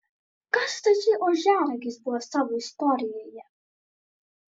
kas tasai ožiaragis buvo savo istorijoje